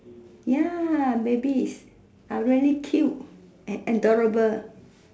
ya baby is are really cute and adorable